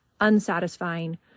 unsatisfying